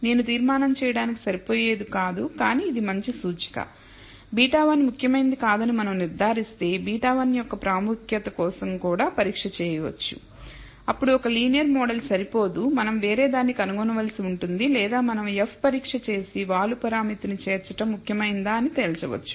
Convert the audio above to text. నేను తీర్మానం చేయడానికి సరిపోయేది కాదు కానీ ఇది మంచి సూచిక β1 ముఖ్యమైనది కాదని మనం నిర్ధారిస్తే β1 యొక్క ప్రాముఖ్యత కోసం కూడా పరీక్ష చేయవచ్చు అప్పుడు ఒక లీనియర్ మోడల్ సరిపోదు మనం వేరేదాన్ని కనుగొనవలసి ఉంటుంది లేదా మనం F పరీక్ష చేసి వాలు పరిమితిని చేర్చడం ముఖ్యమైనదా అని తేల్చవచ్చు